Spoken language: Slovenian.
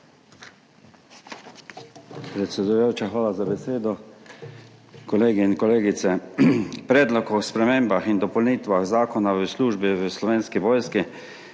Predsedujoča, hvala za besedo. Kolegi in kolegice! Predlog o spremembah in dopolnitvah Zakona o službi v Slovenski vojski.